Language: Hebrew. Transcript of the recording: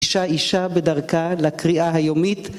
אישה אישה בדרכה לקריאה היומית.